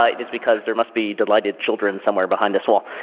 ah it is because there must be delighted children somewhere behind this wall.